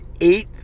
eight